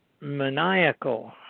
maniacal